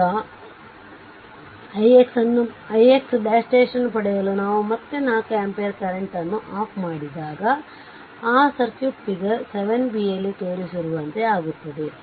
ಈಗ ix " ಅನ್ನು ಪಡೆಯಲು ನಾವು ಮತ್ತೆ 4 ಆಂಪಿಯರ್ ಕರೆಂಟ್ ನ್ನು ಆಫ್ ಮಾಡಿದಾಗ ಆ ಸರ್ಕ್ಯೂಟ್ ಫಿಗರ್ 7 b ಯಲ್ಲಿ ತೋರಿಸಿರುವಂತೆ ಆಗುತ್ತದೆ